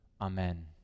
Amen